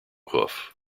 hoof